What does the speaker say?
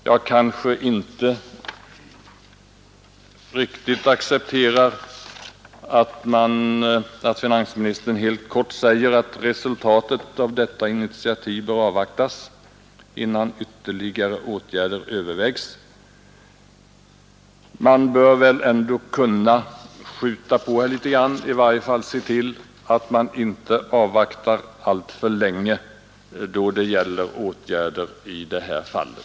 Jag kan dock inte riktigt acceptera att finansministern helt kort säger, att resultatet av detta initiativ bör avvaktas innan ytterligare åtgärder övervägs. Man bör väl kunna skjuta på, och i varje fall bör man inte vänta alltför länge med att vidta åtgärder i detta fall.